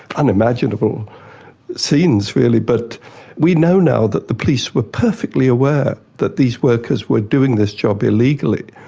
unimaginable scenes really, but we know now that the police were perfectly aware that these workers were doing this job illegally,